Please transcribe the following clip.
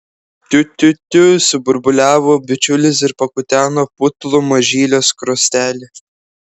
tiu tiu tiu suburbuliavo bičiulis ir pakuteno putlų mažylio skruostelį